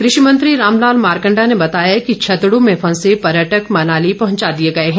कृषि मंत्री रामलाल मारकंडा ने बताया कि छतड़ू में फंसे पर्यटक मनाली पहुंचा दिए गए हैं